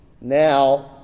now